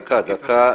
דקה,